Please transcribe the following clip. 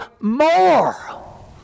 more